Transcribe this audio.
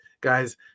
guys